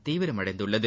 தீவிரமடைந்துள்ளது